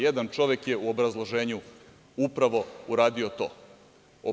Jedan čovek je u obrazloženju upravo uradio to.